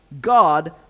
God